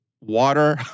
water